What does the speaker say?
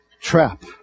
Trap